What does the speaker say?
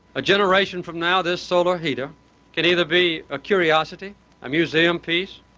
a generation from now this solar heater can either be a curiosity, a museum piece,